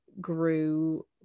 grew